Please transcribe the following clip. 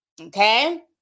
Okay